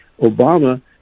Obama